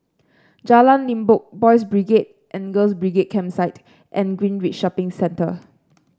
Jalan Limbok Boys' Brigade and Girls' Brigade Campsite and Greenridge Shopping Centre